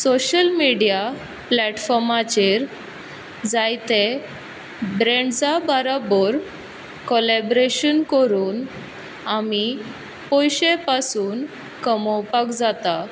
social media प्लेटफोर्माचेर जायते ब्रेंड्सा बाराबोर कोलेब्रेशन करून आमी पयशे पासून कमोवपाक जाता